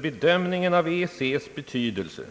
Bedömningen av EEC:s betydelse